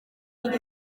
kuko